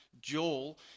Joel